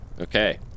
Okay